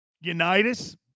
Unitas